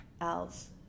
else